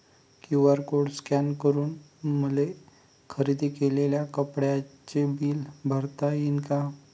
QR code scan करून मले खरेदी केलेल्या कापडाचे बिल भरता यीन का?